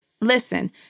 Listen